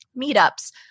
meetups